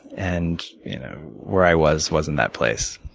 and you know where i was wasn't that place.